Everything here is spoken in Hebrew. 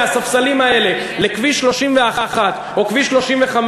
מהספסלים האלה לכביש 31 או כביש 35,